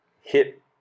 Hit